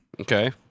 Okay